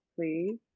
please